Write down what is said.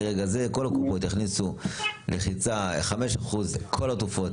מרגע זה כל הקופות יכניסו לחיצה 5% כל התרופות,